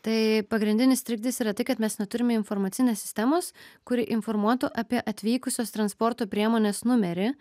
tai pagrindinis trikdis yra tai kad mes neturime informacinės sistemos kuri informuotų apie atvykusios transporto priemonės numerį